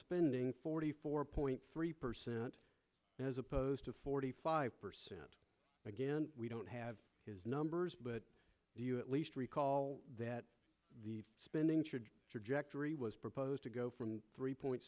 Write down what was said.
spending forty four point three percent as opposed to forty five percent again we don't have his number but do you at least recall that the spending trajectory was proposed to go from three point